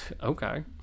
Okay